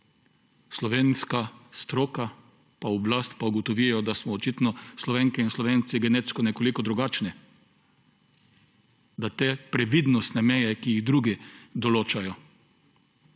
slovenska stroka pa oblast pa ugotovijo, da smo očitno Slovenke in Slovenci genetsko nekoliko drugačni, da te previdnostne meje, ki jih drugi določajo,